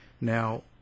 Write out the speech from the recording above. Now